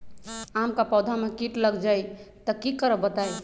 आम क पौधा म कीट लग जई त की करब बताई?